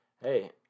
hey